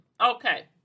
Okay